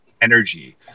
energy